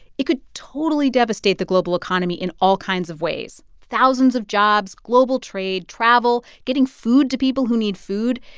it could totally devastate the global economy in all kinds of ways thousands of jobs, global trade, travel, getting food to people who need food.